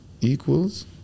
equals